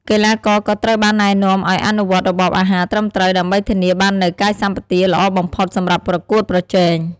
កីឡាករក៏ត្រូវបានណែនាំឱ្យអនុវត្តរបបអាហារត្រឹមត្រូវ ដើម្បីធានាបាននូវកាយសម្បទាល្អបំផុត សម្រាប់ប្រកួតប្រជែង។